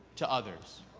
to others.